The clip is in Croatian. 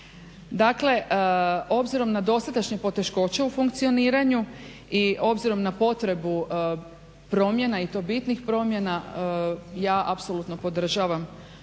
Dakle, obzirom na dosadašnje poteškoće u funkcioniranju i obzirom na potrebu promjena i to bitnih promjena, ja apsolutno podržavam ovakav